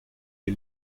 les